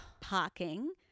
parking –